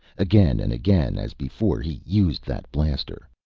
again and again, as before, he used that blaster.